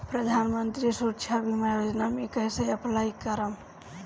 प्रधानमंत्री सुरक्षा बीमा योजना मे कैसे अप्लाई करेम?